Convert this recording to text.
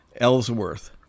ellsworth